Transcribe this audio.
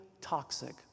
toxic